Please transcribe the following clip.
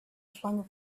flung